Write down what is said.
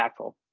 impactful